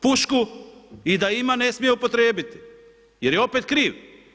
Pušku i da ima, ne smije upotrijebiti, jer je opet kriv.